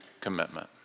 commitment